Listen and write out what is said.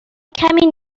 کمی